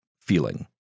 feeling